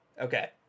Okay